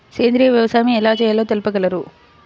సేంద్రీయ వ్యవసాయం ఎలా చేయాలో తెలుపగలరు?